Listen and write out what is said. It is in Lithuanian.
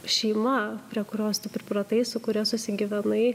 šeima prie kurios tu pripratai su kuria susigyvenai